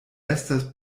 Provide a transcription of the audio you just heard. estas